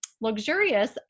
luxurious